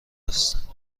است